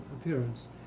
appearance